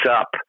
up